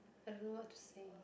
I don't know what to say